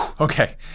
Okay